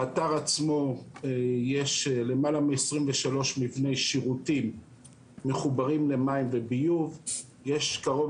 באתר עצמו יש למעלה מ-23 מבני שירותים מחוברים למים וביוב; יש קרוב